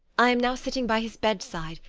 i am now sitting by his bedside,